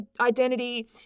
identity